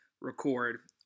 record